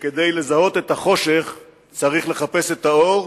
שכדי לזהות את החושך צריך לחפש את האור,